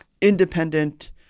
independent